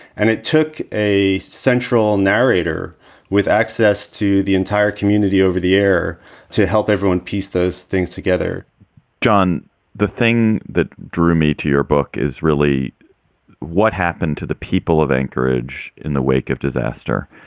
and it took a central narrator with access to the entire community over the air to help everyone piece those things together john the thing that drew me to your book is really what happened to the people of anchorage in the wake of disaster.